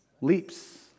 leaps